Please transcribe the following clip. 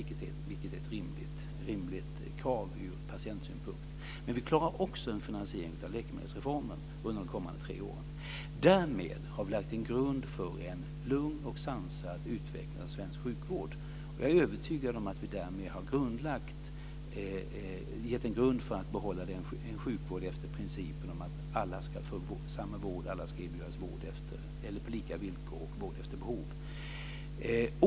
Men vi klarar också en finansiering av läkemedelsreformen under de kommande tre åren. Därmed har vi lagt en grund för en lugn och sansad utveckling av svensk sjukvård. Jag är övertygad om att vi därmed har lagt en grund för att behålla en sjukvård efter principen att alla ska erbjudas vård på lika villkor och vård efter behov.